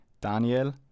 Daniel